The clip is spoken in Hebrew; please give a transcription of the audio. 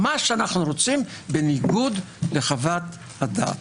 מה שאנו רוצים בניגוד לחוות הדעת.